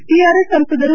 TRS ಸಂಸದರು